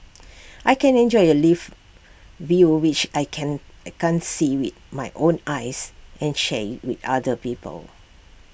I can enjoy A live view which I can I can't see with my own eyes and share IT with other people